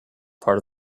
part